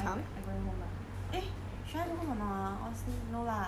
eh should I go home or not ah honestly no lah I shouldn't go home right